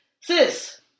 sis